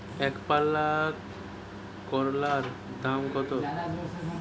একপাল্লা করলার দাম কত?